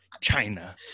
China